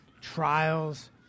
trials